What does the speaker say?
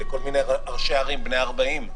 כל מיני ראשי ערים בני 40,